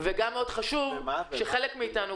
גם שחלק מאיתנו,